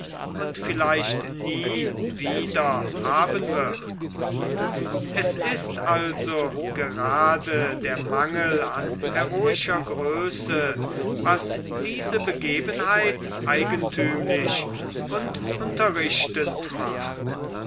und vielleicht nie wieder haben wird es ist also gerade der mangel an heroischer größe was diese begebenheit eigenthümlich und unterrichtend macht